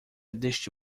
deste